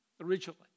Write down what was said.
originally